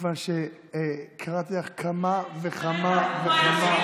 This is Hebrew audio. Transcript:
מכיוון שקראתי לך כמה וכמה וכמה